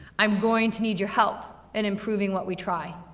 i'm going to need your help, in improving what we try.